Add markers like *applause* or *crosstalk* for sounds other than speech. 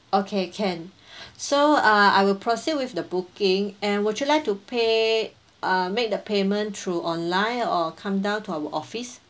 okay can *breath* so uh I will proceed with the booking and would you like to pay uh make the payment through online or come down to our office